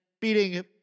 beating